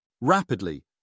Rapidly